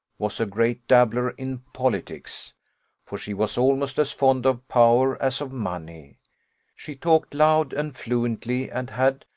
was a great dabbler in politics for she was almost as fond of power as of money she talked loud and fluently, and had,